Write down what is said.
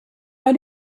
how